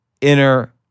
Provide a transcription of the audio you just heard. inner